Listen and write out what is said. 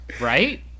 Right